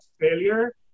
failure